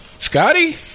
Scotty